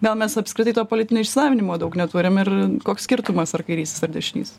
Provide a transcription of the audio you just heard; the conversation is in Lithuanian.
gal mes apskritai to politinio išsilavinimo daug neturim ir koks skirtumas ar kairysis ar dešinysis